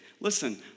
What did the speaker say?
Listen